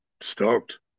Stoked